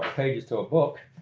pages to a book,